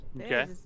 Okay